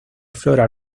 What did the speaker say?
flora